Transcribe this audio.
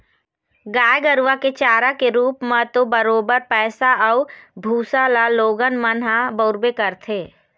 गाय गरुवा के चारा के रुप म तो बरोबर पैरा अउ भुसा ल लोगन मन ह बउरबे करथे